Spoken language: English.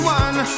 one